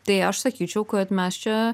tai aš sakyčiau kad mes čia